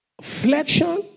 flexion